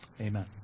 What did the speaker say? Amen